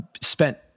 spent